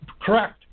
correct